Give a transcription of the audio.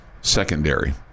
secondary